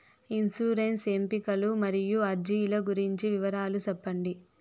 insurance ఎంపికలు మరియు అర్జీల గురించి వివరాలు సెప్పండి